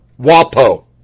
WAPO